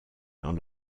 dans